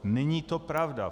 Není to pravda.